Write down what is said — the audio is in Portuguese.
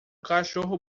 cachorro